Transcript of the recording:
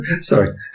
Sorry